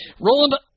Roland